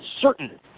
certain